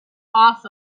off